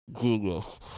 genius